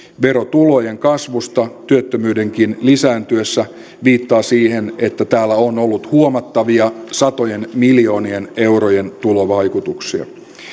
verotulojen kasvusta työttömyydenkin lisääntyessä viittaa siihen että tällä on ollut huomattavia satojen miljoonien eurojen tulovaikutuksia